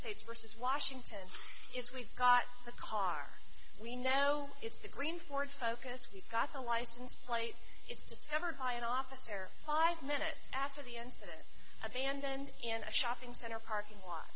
states versus washington is we've got the car we know it's a green ford focus we've got a license plate it's discovered by an officer five minutes after the incident abandoned in a shopping center parking lot